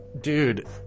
dude